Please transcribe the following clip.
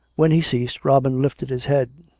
when he ceased, robin lifted his head.